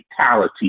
fatalities